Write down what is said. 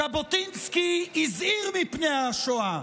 ז'בוטינסקי הזהיר מפני השואה,